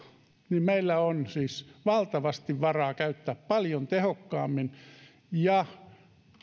niin meillä on siis valtavasti varaa käyttää paljon tehokkaammin rahaa ja